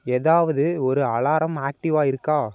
ஏதாவது ஒரு அலாரம் ஆக்டிவாக இருக்கா